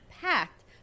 packed